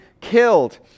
killed